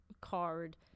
card